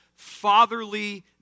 fatherly